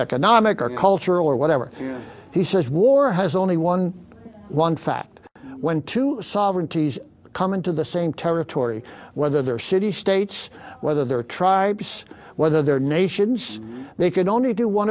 economic or cultural or whatever he says war has only won one fact when two sovereignties come into the same territory whether they're city states whether they're tribes whether they're nations they can only do one